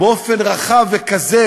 באופן רחב וכזה